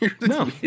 No